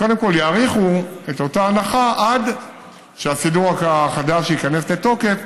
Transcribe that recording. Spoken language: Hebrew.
שקודם כול יאריכו את אותה הנחה עד שהסידור החדש ייכנס לתוקף,